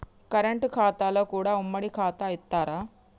Current ఖాతాలో కూడా ఉమ్మడి ఖాతా ఇత్తరా?